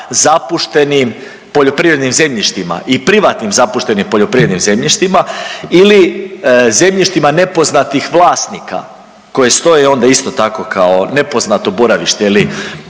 zapuštenim poljoprivrednim zemljištima i privatnim zapuštenim poljoprivrednim zemljištima ili zemljištima nepoznatih vlasnika koje stoje onda isto tako kao nepoznato boravište ili